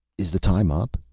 is the time up?